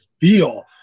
feel